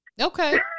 okay